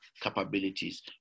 capabilities